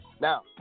Now